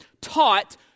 taught